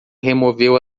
removeu